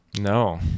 No